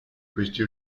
questi